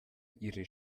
ihre